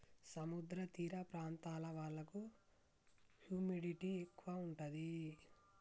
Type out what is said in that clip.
సముద్ర తీర ప్రాంతాల వాళ్లకు హ్యూమిడిటీ ఎక్కువ ఉంటది